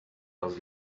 els